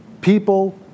people